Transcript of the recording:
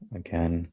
again